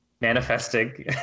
manifesting